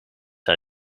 hij